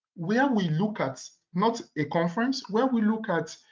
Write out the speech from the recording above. where we look at not a conference where we look at